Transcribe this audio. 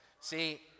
See